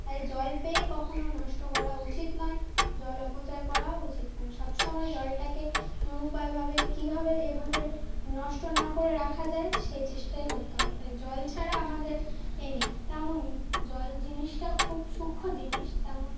তাই জল পেয়ে কখনও নষ্ট করা উচিত নয় জল অপচয় করাও উচিত নয় সব সমময় জলটাকে নুরুপায়ভাবে কীভাবে এভাবে নষ্ট না করে রাখা যায় সেই চেষ্টাই করতে হবে তাই জল ছাড়া আমাদের এ নেই তেমনই জল জিনিসটা খুব সূক্ষ্ম জিনিস তেমন